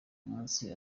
n’umunsi